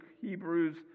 Hebrews